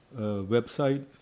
website